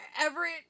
Everett